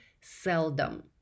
seldom